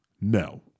No